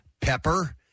pepper